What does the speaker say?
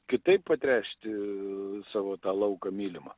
kitaip patręšti savo tą lauką mylimą